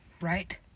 Right